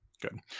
Good